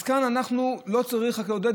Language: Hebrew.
אז כאן לא צריך רק לעודד,